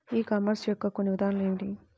ఈ కామర్స్ యొక్క కొన్ని ఉదాహరణలు ఏమిటి?